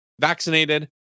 vaccinated